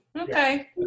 Okay